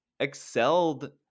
excelled